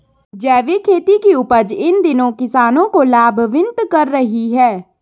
जैविक खेती की उपज इन दिनों किसानों को लाभान्वित कर रही है